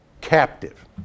captive